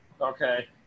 Okay